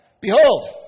Behold